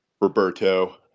Roberto